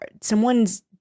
someone's